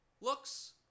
looks